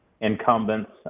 incumbents